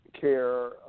care